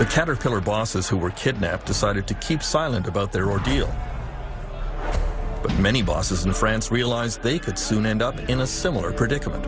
the caterpillar bosses who were kidnapped decided to keep silent about their ordeal but many bosses in france realize they could soon end up in a similar predicament